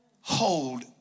Hold